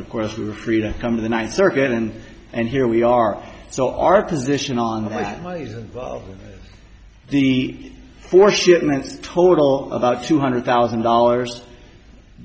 courtroom of course we are free to come in the ninth circuit and and here we are so our position on the war shipments total about two hundred thousand dollars